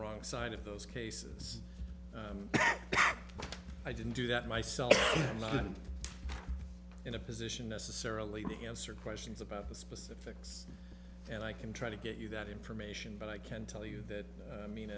wrong side of those cases i didn't do that my not in a position necessarily to answer questions about the specifics and i can try to get you that information but i can tell you that i mean